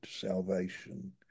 salvation